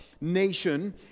nation